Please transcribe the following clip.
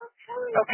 Okay